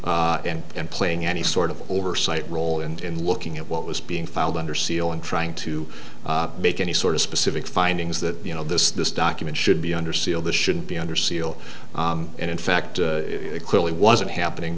through and playing any sort of oversight role and in looking at what was being filed under seal and trying to make any sort of specific findings that you know this this document should be under seal this shouldn't be under seal and in fact it clearly wasn't happening